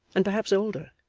and perhaps older,